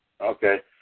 Okay